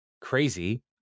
crazy